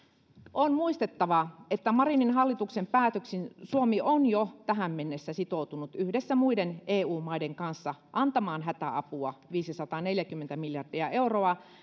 on muistettava että marinin hallituksen päätöksin suomi on jo tähän mennessä sitoutunut yhdessä muiden eu maiden kanssa antamaan hätäapua viisisataaneljäkymmentä miljardia euroa